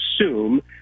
assume